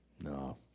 No